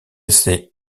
ses